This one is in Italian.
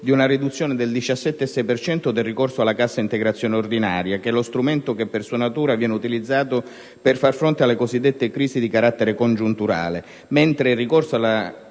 di una riduzione del 17,6 per cento del ricorso alla cassa integrazione ordinaria, che è lo strumento che per sua natura viene utilizzato per far fronte alle cosiddette crisi di carattere congiunturale,